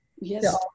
yes